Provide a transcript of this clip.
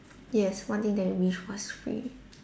yes one thing that you wish was free